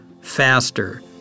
faster